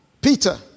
Peter